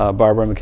ah barbara,